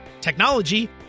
technology